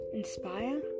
inspire